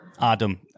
Adam